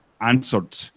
answered